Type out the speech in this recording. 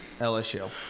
LSU